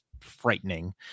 frightening